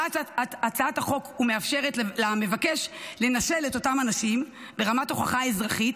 באה הצעת החוק ומאפשרת למבקש לנשל את אותם אנשים ברמת הוכחה אזרחית,